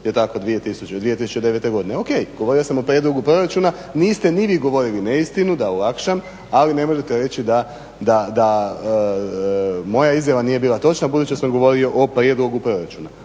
4.mjesecu 2009. O.k. govorio sam o prijedlogu proračuna niste ni vi govorili neistinu da olakšam, ali ne možete reći da moja izjava nije bila točna budući da sam govorio o prijedlogu proračuna.